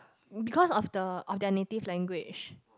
because of the alternative language